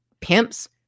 pimps